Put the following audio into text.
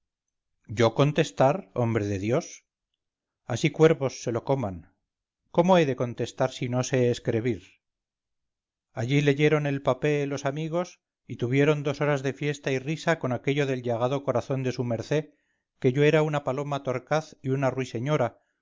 yo contestar hombre de dios así cuervos se lo coman cómo he de contestar si no sé escrebir allí leyeron el papé los amigos y tuvieron dos horas de fiesta y risa con aquello del llagado corazón de su merced y que yo era una paloma torcaz y una ruiseñora